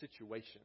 situation